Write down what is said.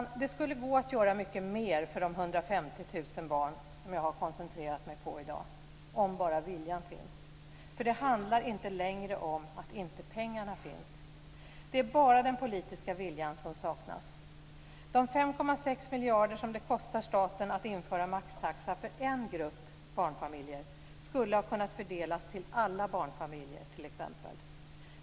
Men det skulle gå att göra mycket mer för de 150 000 barn som jag har koncentrerat mig på i dag, om bara viljan finns. Det handlar inte längre om att pengarna inte finns. Det är bara den politiska viljan som saknas. De 5,6 miljarder som det kostar staten att införa maxtaxa för en grupp barnfamiljer skulle ha kunnat fördelas till alla barnfamiljer t.ex.